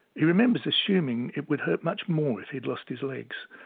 he remembers assuming it would hurt much more if he had lost his legs.